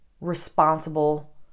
responsible